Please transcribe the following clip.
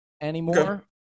anymore